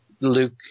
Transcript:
Luke